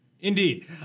Indeed